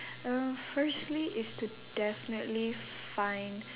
uh firstly is to definitely find